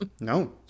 No